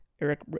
Eric